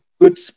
good